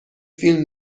فیلم